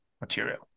material